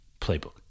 playbook